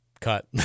cut